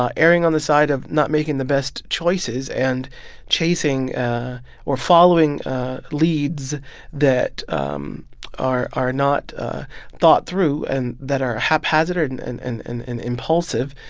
erring on the side of not making the best choices and chasing or following leads that um are are not thought through and that are haphazard and and and and and impulsive.